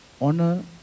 honor